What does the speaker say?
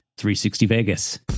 360Vegas